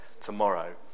tomorrow